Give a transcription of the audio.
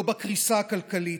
לא בקריסה הכלכלית.